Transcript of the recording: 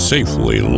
Safely